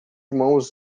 mãos